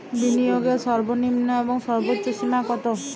বিনিয়োগের সর্বনিম্ন এবং সর্বোচ্চ সীমা কত?